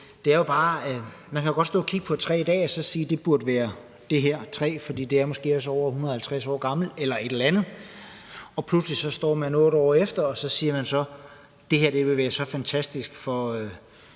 man jo godt kan stå og kigge på et træ i dag og så sige, at det burde være det her træ, der blev udpeget, for det er måske over 150 år gammelt eller sådan noget. Men pludselig står man 8 år efter og siger, at det her sted vil være så fantastisk at